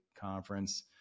conference